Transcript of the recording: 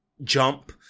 jump